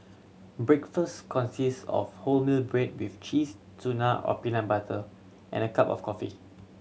breakfast consist of wholemeal bread with cheese tuna or peanut butter and a cup of coffee